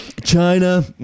China